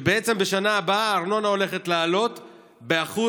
ובעצם בשנה הבאה הארנונה הולכת לעלות ב-1.1%.